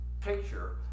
picture